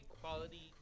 quality